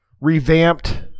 revamped